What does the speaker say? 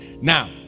Now